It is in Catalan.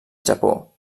japó